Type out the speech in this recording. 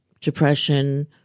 depression